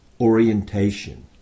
orientation